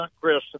Chris